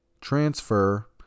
transfer